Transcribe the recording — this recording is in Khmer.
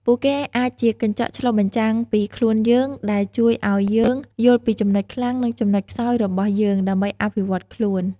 ពួកគេអាចជាកញ្ចក់ឆ្លុះបញ្ចាំងពីខ្លួនយើង ដែលជួយឱ្យយើងយល់ពីចំណុចខ្លាំង និងចំណុចខ្សោយរបស់យើង ដើម្បីអភិវឌ្ឍខ្លួន។